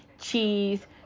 cheese